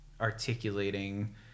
articulating